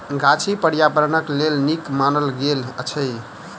गाछी पार्यावरणक लेल नीक मानल गेल अछि